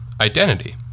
identity